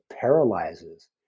paralyzes